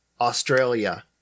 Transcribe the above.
Australia